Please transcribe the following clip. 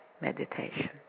meditation